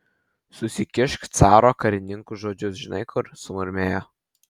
susikišk caro karininkų žodžius žinai kur sumurmėjo